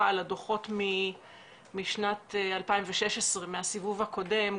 על הדוחות משנת 2016 מהסיבוב הקודם,